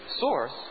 source